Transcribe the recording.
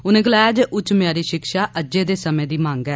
उनें गलाया जे उच्च म्यारी शिक्षा अज्जै दे समें दी मंग ऐ